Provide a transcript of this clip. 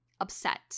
upset